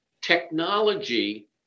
technology